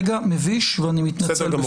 רגע מביש ואני מתנצל.